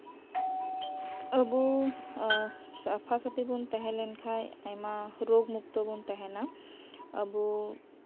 ᱟᱵᱚ ᱥᱟᱯᱷᱟ ᱥᱟᱯᱷᱤ ᱵᱚᱱ ᱛᱟᱸᱦᱮ ᱞᱮᱱᱠᱷᱟᱡ ᱨᱳᱜ ᱢᱩᱠᱛᱚ ᱵᱚᱱ ᱛᱟᱸᱦᱮᱱᱟ ᱟᱵᱚ